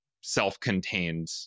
self-contained